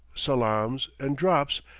salaams, and drops,